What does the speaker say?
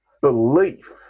belief